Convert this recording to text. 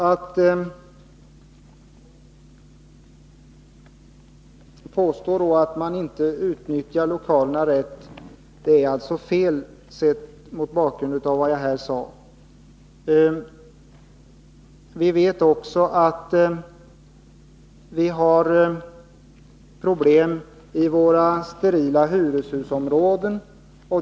Att då påstå att man inte utnyttjar lokalerna riktigt är felaktigt. Vi vet också att vi har problem i våra sterila hyreshusområden.